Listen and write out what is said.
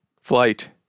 flight